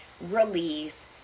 release